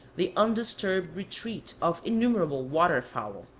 the undisturbed retreat of innumerable water-fowl.